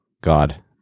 God